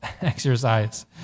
exercise